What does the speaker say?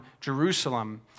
Jerusalem